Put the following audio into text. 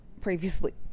previously